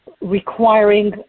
requiring